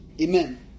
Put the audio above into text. Amen